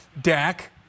Dak